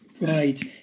right